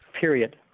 period